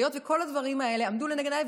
והיות שכל הדברים האלה עמדו לנגד עיניי,